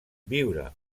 viure